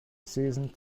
season